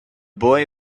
boy